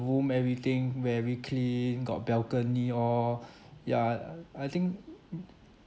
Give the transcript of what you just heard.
room everything very clean got balcony all ya I I I think uh uh